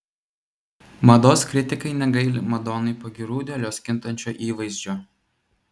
mados kritikai negaili madonai pagyrų dėl jos kintančio įvaizdžio